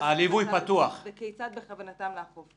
כיצד בכוונתם לאכוף.